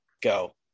Go